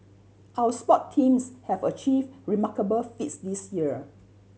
our sports teams have achieved remarkable feats this year